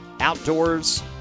outdoors